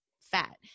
fat